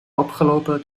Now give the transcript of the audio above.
opgelopen